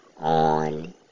on